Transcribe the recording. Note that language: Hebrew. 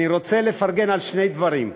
אני רוצה לפרגן על שני דברים,